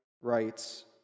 writes